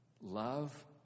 love